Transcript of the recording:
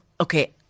okay